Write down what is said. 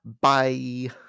Bye